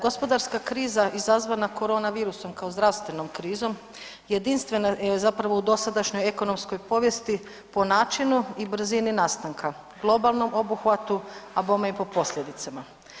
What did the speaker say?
Gospodarska kriza izazvana korona virusom kao zdravstvenom krizom, jedinstvena je zapravo u dosadašnjoj ekonomskoj povijesti po načinu i brzini nastanka, globalnom obuhvatu a bome i po posljedicama.